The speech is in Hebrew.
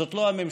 זאת לא הממשלה.